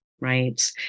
right